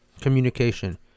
communication